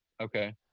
okay